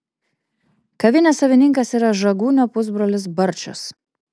kavinės savininkas yra žagūnio pusbrolis barčas